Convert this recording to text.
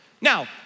Now